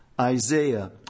Isaiah